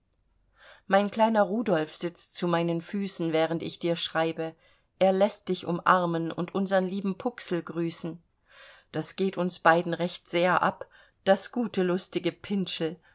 mein kleiner rudolf sitzt zu meinen füßen während ich dir schreibe er läßt dich umarmen und unsern lieben puxl grüßen das geht uns beiden recht sehr ab das gute lustige pintschel